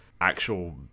actual